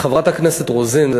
לחברת הכנסת רוזין,